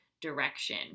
direction